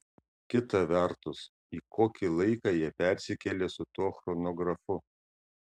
kita vertus į kokį laiką jie persikėlė su tuo chronografu